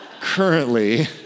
currently